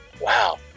wow